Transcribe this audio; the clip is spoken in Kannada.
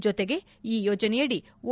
ಜೊತೆಗೆ ಯೋಜನೆಯಡಿ ಓ